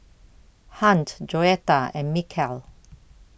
Hunt Joetta and Mikel